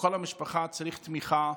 וכל המשפחה צריכה תמיכה.